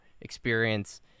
experience